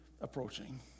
approaching